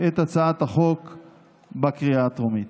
את הצעת החוק בקריאה הטרומית.